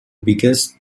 biggest